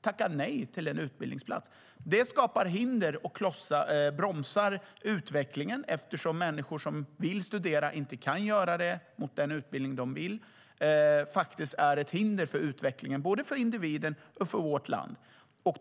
tacka nej till en utbildningsplats. Detta skapar hinder och bromsar utvecklingen, eftersom människor som vill studera inte kan göra det, åtminstone inte med den inriktning de vill. Det är ett hinder för utvecklingen både för individen och för vårt land.